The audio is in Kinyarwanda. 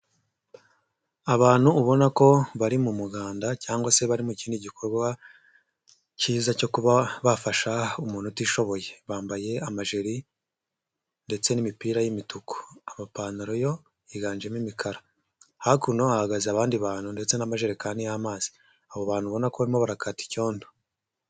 Abantu ubona ko bari mu muganda cyangwa se bari mu kindi gikorwa cyiza cyo kuba bafasha umuntu utishoboye. Bambaye amajeri ndetse n'imipira y'imituku, amapantaro yo yiganjemo imikara. Hakuno hahagaze abandi bantu ndetse n'amajerekani y'amazi, abo bantu ubona ko barimo barakata icyondo.